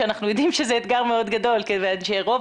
שאנחנו יודעים שזה אתגר מאוד גדול כיוון שרוב